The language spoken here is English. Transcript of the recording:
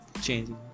changing